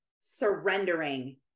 surrendering